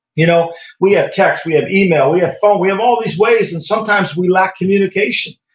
you know we have text, we have email, we have phone, we have all these ways and sometimes we lack communication.